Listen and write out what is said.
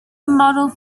model